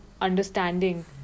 understanding